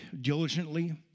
diligently